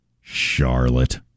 Charlotte